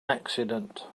accident